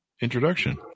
introduction